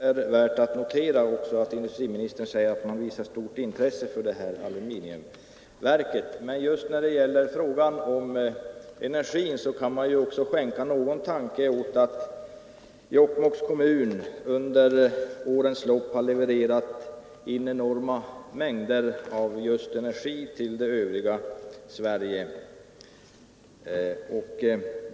Herr talman! Det senaste är värt att notera och också det förhållandet att industriministern säger att man visar stort intresse för det här aluminiumverket. Men när det gäller frågan om energin kan man också skänka någon tanke åt att Jokkmokks kommun under årens lopp har levererat en enorm mängd energi till det övriga Sverige.